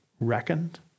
reckoned